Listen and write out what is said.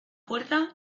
puerta